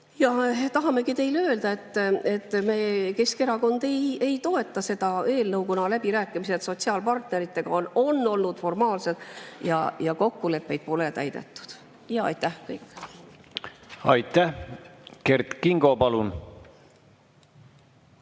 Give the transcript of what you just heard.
Tahamegi teile öelda, et Keskerakond ei toeta seda eelnõu, kuna läbirääkimised sotsiaalpartneritega on olnud formaalsed ja kokkuleppeid pole täidetud. Aitäh! Aitäh! Kert Kingo, palun!